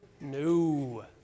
No